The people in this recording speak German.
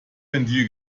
ventil